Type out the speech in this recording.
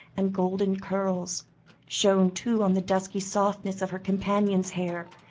and golden curls shone, too, on the dusky softness of her companion's hair,